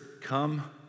come